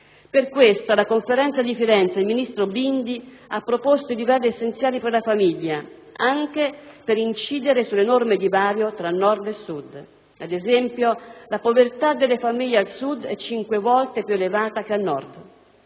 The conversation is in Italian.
Per tale motivo, alla conferenza di Firenze, il ministro Bindi ha proposto i livelli essenziali per la famiglia, anche per incidere sull'enorme divario tra Nord e Sud: ad esempio, la povertà delle famiglie al Sud è cinque volte più elevata che al Nord.